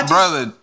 Brother